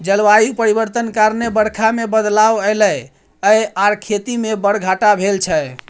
जलबायु परिवर्तन कारणेँ बरखा मे बदलाव एलय यै आर खेती मे बड़ घाटा भेल छै